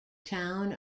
town